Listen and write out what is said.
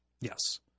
Yes